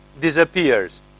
disappears